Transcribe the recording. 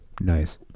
nice